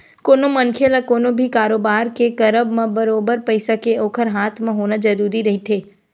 कोनो मनखे ल कोनो भी कारोबार के करब म बरोबर पइसा के ओखर हाथ म होना जरुरी रहिथे